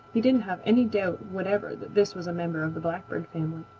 he didn't have any doubt whatever that this was a member of the blackbird family,